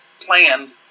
plan